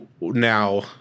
now